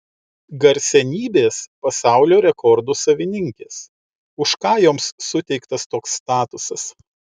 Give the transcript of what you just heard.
garsenybės pasaulio rekordų savininkės už ką joms suteiktas toks statusas